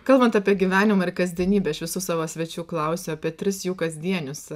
kalbant apie gyvenimą ir kasdienybę aš visų savo svečių klausiu apie tris jų kasdienius